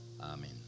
Amen